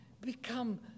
become